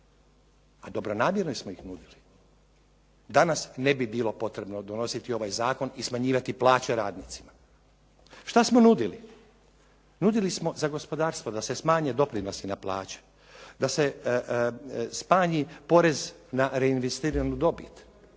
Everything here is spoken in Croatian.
a dobronamjerno smo ih nudili. Danas ne bi bilo potrebno donositi ovaj zakon i smanjivati plaće radnicima. Šta smo nudili? Nudili smo za gospodarstvo da se smanje doprinosi na plaće, da se smanji porez na reinvestiranu dobit,